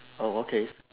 oh okay